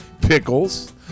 pickles